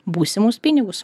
būsimus pinigus